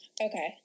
Okay